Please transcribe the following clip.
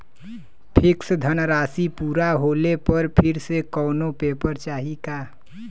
Fix धनराशी पूरा होले पर फिर से कौनो पेपर चाही का?